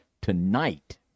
Tonight